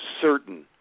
certain